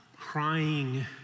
crying